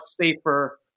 safer